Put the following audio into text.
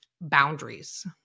boundaries